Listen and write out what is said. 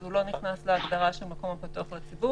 הוא לא נכנס להגדרה של "מקום הפתוח לציבור",